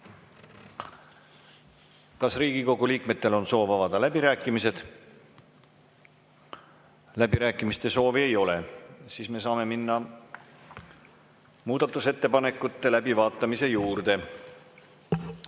Kas Riigikogu liikmetel on soovi avada läbirääkimised? Läbirääkimiste soovi ei ole, me saame minna muudatusettepanekute läbivaatamise juurde. Eelnõu